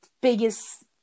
biggest